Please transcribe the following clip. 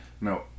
no